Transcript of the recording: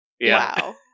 Wow